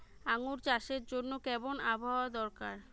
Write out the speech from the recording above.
আঙ্গুর চাষের জন্য কেমন আবহাওয়া দরকার?